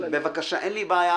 אין לי בעיה,